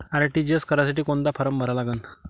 RTGS करासाठी कोंता form भरा लागन?